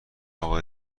اقا